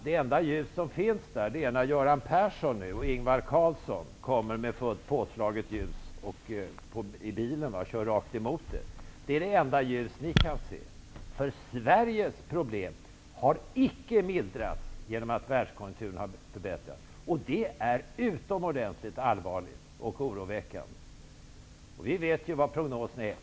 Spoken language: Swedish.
Det enda ljus som ni kan se kommer från den bil som Göran Persson och Ingvar Carlsson kör rakt emot er. Sveriges problem har icke mildrats genom att världskonjukturen har förbättrats, och det är utomordentligt allvarligt och oroväckande. Vi vet vilka prognoserna är.